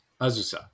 Azusa